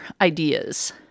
ideas